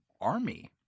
army